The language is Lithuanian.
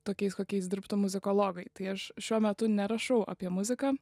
tokiais kokiais dirbtų muzikologai tai aš šiuo metu nerašau apie muziką